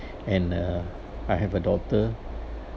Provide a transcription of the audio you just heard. and uh I have a daughter